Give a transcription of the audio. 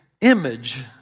image